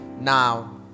Now